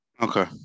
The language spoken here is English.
Okay